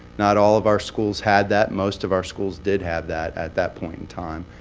not all of our schools had that. most of our schools did have that at that point in time.